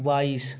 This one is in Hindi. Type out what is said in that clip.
बाईस